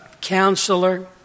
Counselor